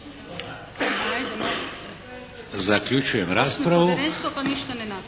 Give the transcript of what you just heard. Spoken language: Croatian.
Zaključujem raspravu.